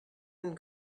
and